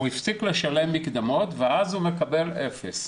הפסיק לשלם מקדמות ואז הוא מקבל 0,